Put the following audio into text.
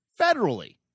federally